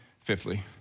fifthly